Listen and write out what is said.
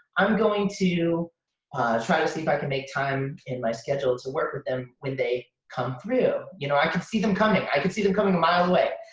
i'm going to try to see if i can make time in my schedule to work with them when they come through. you know i could see them coming. i could see them coming a mile away.